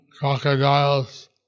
crocodiles